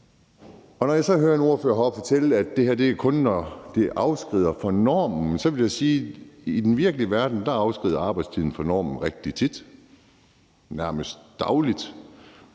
og når jeg så hører en ordfører heroppefra fortælle, at det her kun er, når det afviger fra normen, så vil jeg sige, at i den virkelige verden, afviger arbejdstiden rigtig tit fra normen, nærmest dagligt.